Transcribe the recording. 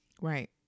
Right